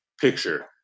picture